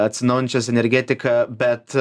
atsinaujinančią energetiką bet